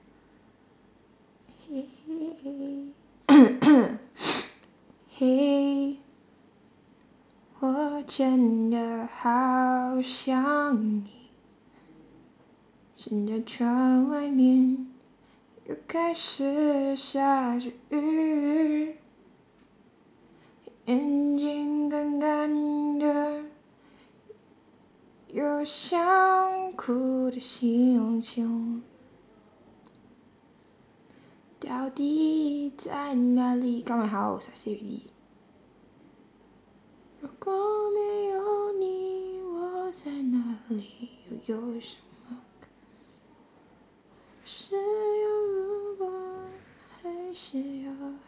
!hey! 我真的好想你现在窗外面又开始下着雨眼睛乾乾的有想哭的心情到底在哪里 go my house I say already 如果没有你我在哪里又有什么可是有如果还是要: ru guo mei you ni wo zai na li you you shen me ke shi you ru guo hai shi yao